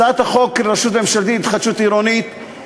הצעת החוק רשות ממשלתית להתחדשות עירונית,